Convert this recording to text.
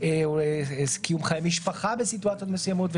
קיום חיי משפחה בסיטואציות מסוימות וכו'.